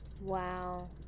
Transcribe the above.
Wow